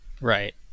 Right